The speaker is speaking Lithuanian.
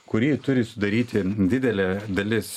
kurį turi sudaryti didelė dalis